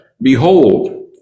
Behold